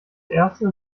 erste